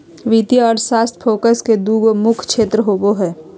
वित्तीय अर्थशास्त्र फोकस के दू गो मुख्य क्षेत्र होबो हइ